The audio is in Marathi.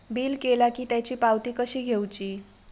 बिल केला की त्याची पावती कशी घेऊची?